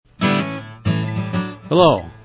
Hello